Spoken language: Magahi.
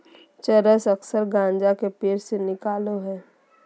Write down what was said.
चरस अक्सर गाँजा के पेड़ से निकलो हइ